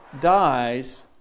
dies